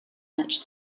much